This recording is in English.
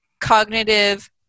cognitive